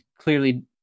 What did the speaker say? clearly